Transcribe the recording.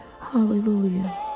Hallelujah